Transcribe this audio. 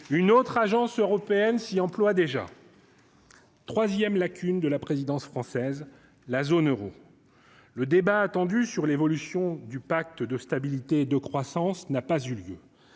une autre agence européenne s'y emploie déjà. 3ème lacunes de la présidence française, la zone Euro, le débat attendu sur l'évolution du pacte de stabilité et de croissance n'a pas eu lieu,